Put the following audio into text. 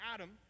Adam